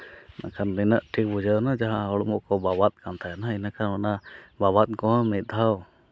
ᱵᱟᱠᱷᱟᱱ ᱱᱩᱱᱟᱹᱜ ᱴᱷᱤᱠ ᱵᱩᱡᱷᱟᱹᱣᱱᱟ ᱡᱟᱦᱟᱸ ᱦᱚᱲᱢᱚ ᱠᱚ ᱵᱟᱵᱟᱫ ᱠᱟᱱ ᱛᱟᱦᱮᱱᱟ ᱤᱱᱟᱹᱠᱷᱟᱱ ᱚᱱᱟ ᱵᱟᱵᱟᱫ ᱠᱚᱦᱚᱸ ᱢᱤᱫ ᱫᱷᱟᱣ